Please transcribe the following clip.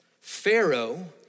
Pharaoh